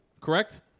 correct